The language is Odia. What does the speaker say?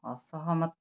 ଅସହମତ